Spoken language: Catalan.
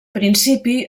principi